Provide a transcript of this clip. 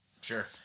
sure